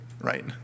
right